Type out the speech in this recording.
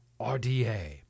RDA